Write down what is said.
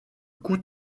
coût